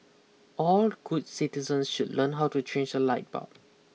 all good citizens should learn how to change a light bulb